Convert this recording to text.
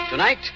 Tonight